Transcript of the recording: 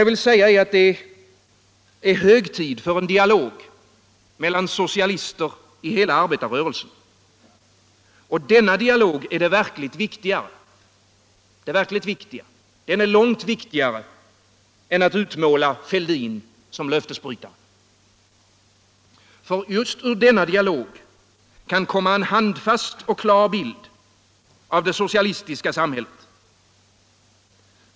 Jag vill understryka att det är hög tid för en dialog mellan socialister i hela arbetarrörelsen, och denna dialog är det verkligt viktiga, långt viktigare än att utmåla herr Fälldin som löftesbrytare. För just ur denna dialog kan komma en handfast och klar bild av det socialistiska samhället.